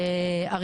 כי